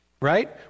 right